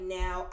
now